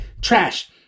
Trash